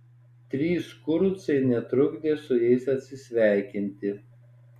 trys kurucai netrukdė su jais atsisveikinti